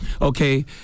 okay